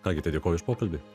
ką gi tai dėkoju už pokalbį